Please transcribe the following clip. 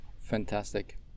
Fantastic